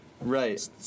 right